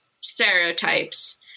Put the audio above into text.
stereotypes